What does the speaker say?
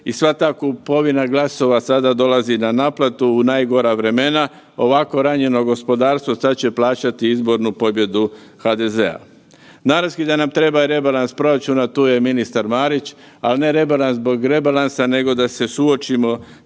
i sva ta kupovina glasova sada dolazi na naplatu u najgora vremena, ovako ranjeno gospodarstvo sad će plaćati izbornu pobjedu HDZ-a. Naravski da nam treba i rebalans proračuna, tu je ministar Marić, ali ne rebalans zbog rebalansa nego da se suočimo